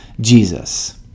Jesus